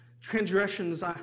Transgressions